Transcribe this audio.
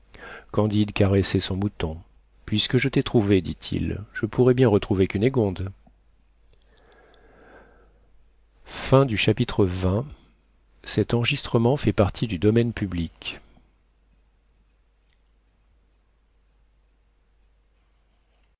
candide caressait son mouton puisque je t'ai retrouvé dit-il je pourrai bien retrouver cunégonde